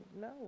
no